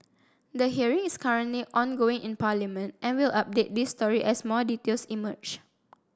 the hearing is currently ongoing in parliament and we'll update this story as more details emerge